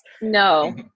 No